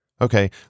Okay